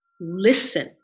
listen